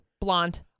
Blonde